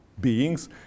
beings